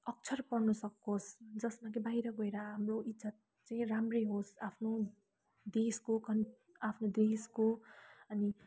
अक्षर पढ्नु सकोस् जसमा कि बाहिर गएर हाम्रो इज्जत चाहिँ राम्रै होस् आफ्नो देशको कन आफ्नो देश अनि